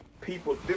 people